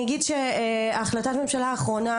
החלטת הממשלה האחרונה